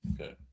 Okay